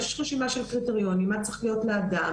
יש רשימה של קריטריונים מה צריך להיות לאדם,